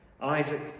Isaac